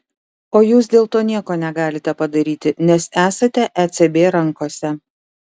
o jūs dėl to nieko negalite padaryti nes esate ecb rankose